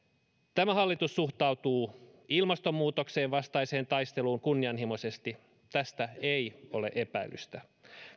tämä hallitus suhtautuu ilmastonmuutoksen vastaiseen taisteluun kunnianhimoisesti tästä ei ole epäilystä